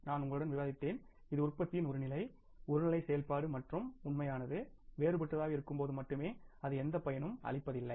நான் உங்களுடன் விவாதித்தேன் இது உற்பத்தியின் ஒரு நிலை ஒரு நிலை செயல்பாடு மற்றும் உண்மையானது வேறுபட்டதாக இருக்கும்போது மட்டுமே அது எந்தப் பயனும் அளிப்பதில்ல